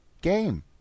game